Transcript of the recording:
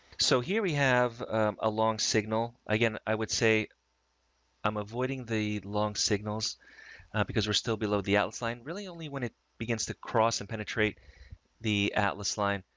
so here we have a long signal. again. i would say i'm avoiding the long signals because we're still below the outline really only when it begins to cross and penetrate the atlas line,